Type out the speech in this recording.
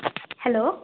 hello